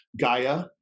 Gaia